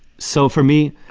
so for me,